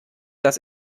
dass